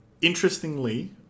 interestingly